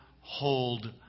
hold